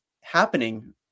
happening